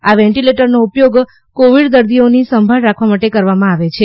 આ વેન્ટિલેટરનો ઉપયોગ કોવિડ દર્દીઓની સંભાળ રાખવા માટે કરવામાં આવે છે